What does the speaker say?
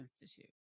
Institute